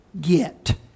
get